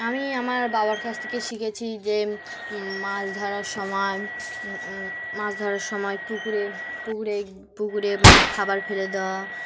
আমি আমার বাবার কাছ থেকে শিখেছি যে মাছ ধরার সময় মাছ ধরার সময় পুকুরে পুকুরে পুকুরে মানে খাবার ফেলে দেওয়া